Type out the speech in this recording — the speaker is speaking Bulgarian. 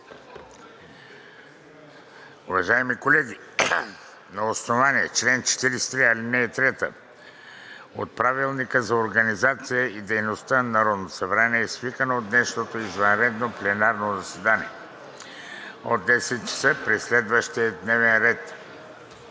Уважаеми колеги, на основание чл. 43, ал. 3 от Правилника за организацията и дейността на Народното събрание е свикано днешното извънредно пленарно заседание от 10,00 ч. при следния дневен ред: